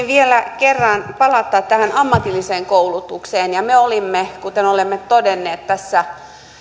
vielä kerran palata tähän ammatilliseen koulutukseen me olimme kuten olemme todenneet tässä